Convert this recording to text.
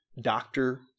doctor